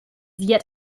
yet